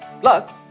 Plus